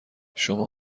شما